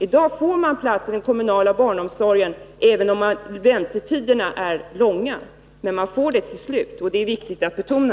I dag får man plats i den kommunala barnomsorgen, även om väntetiden är lång. Man får dock plats till slut — det är viktigt att betona.